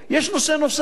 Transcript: יש נושא נוסף,